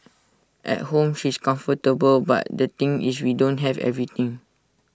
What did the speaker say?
at home she's comfortable but the thing is we don't have everything